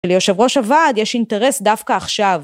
ליושב ראש הוועד יש אינטרס דווקא עכשיו.